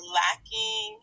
lacking